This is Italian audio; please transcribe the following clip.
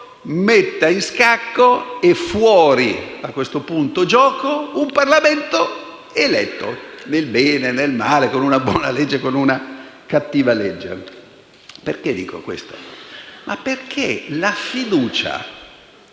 metta in scacco e - a questo punto - fuorigioco un Parlamento eletto (nel bene o nel male, con una buona legge o con una cattiva legge)? Perché dico questo? Perché nella fiducia